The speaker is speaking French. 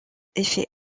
effet